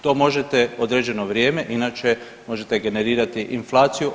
To možete određeno vrijeme, inače možete generirati inflaciju.